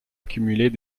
accumuler